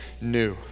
new